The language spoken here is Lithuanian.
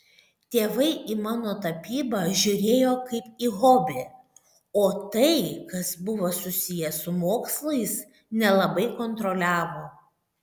tėvai į mano tapybą žiūrėjo kaip į hobį o tai kas buvo susiję su mokslais nelabai kontroliavo